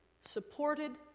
supported